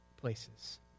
places